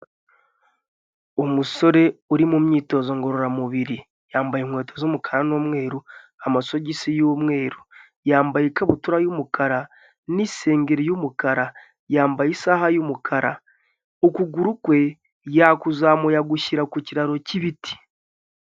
Umusore uri mu myitozo ngororamubiri yambaye inkweto z'umukara n'umweru amasogisi y'umweru yambaye ikabutura y'umukara n'iseri y'umukara yambaye isaha y'umukara ukuguru kwe yakuzamuye agushyira ku kiraro cy'ibiti.